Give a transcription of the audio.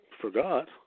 forgot